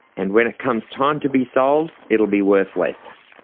and when it comes time to be sold it will be worth less.